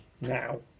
now